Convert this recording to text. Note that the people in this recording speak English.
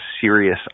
serious